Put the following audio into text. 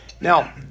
Now